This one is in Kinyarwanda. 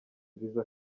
visa